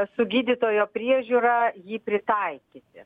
su gydytojo priežiūra jį pritaikyti